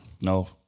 No